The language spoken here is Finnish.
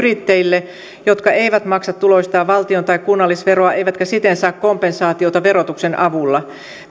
yrittäjille jotka eivät maksa tuloistaan valtion tai kunnallisveroa eivätkä siten saa kompensaatiota verotuksen avulla